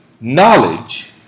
knowledge